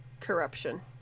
corruption